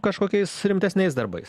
kažkokiais rimtesniais darbais